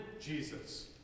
Jesus